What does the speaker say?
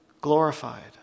glorified